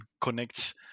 connects